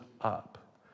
up